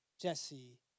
Jesse